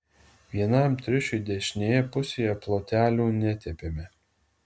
vienam triušiui dešinėje pusėje plotelių netepėme